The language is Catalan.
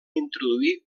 introduir